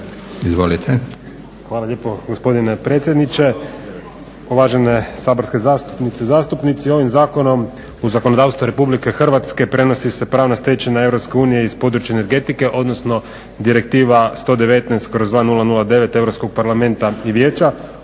Hvala lijepo gospodine predsjedniče. Uvažene saborske zastupnice i zastupnici. Ovim zakonom u zakonodavstvo RH prenosi se pravna stečevina EU iz područja energetike odnosno Direktiva 119/2009 EU parlamenta